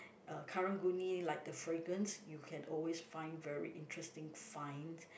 uh Karang-Guni like the freegance you can always find very interesting fine